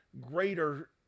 greater